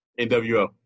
NWO